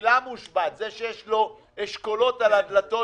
שממילא מושבת, זה שיש לו אשכולות על הדלתות